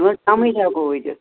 گٲنٹہٕ کمے تہ ہیٚکو وٲتِتھ